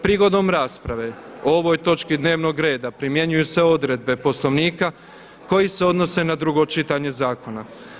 Prigodom rasprave o ovoj točki dnevnog reda primjenjuju se odredbe poslovnika koje se Odnose na drugo čitanje zakona.